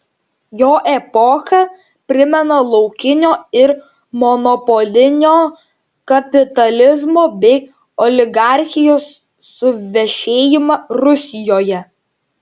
jo epocha primena laukinio ir monopolinio kapitalizmo bei oligarchijos suvešėjimą rusijoje